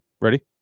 Ready